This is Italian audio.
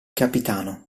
capitano